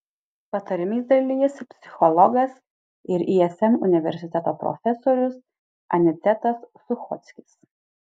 patarimais dalijasi psichologas ir ism universiteto profesorius anicetas suchockis